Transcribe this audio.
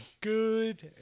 good